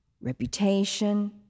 reputation